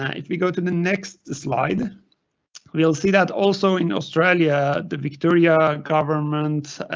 ah if we go to the next slide will see that also in australia the victoria governments,